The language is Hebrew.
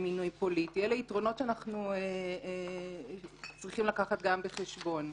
שאנחנו צריכים גם לקחת בחשבון.